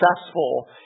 successful